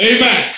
Amen